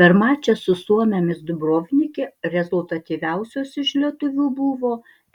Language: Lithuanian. per mačą su suomėmis dubrovnike rezultatyviausios iš lietuvių buvo